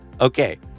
Okay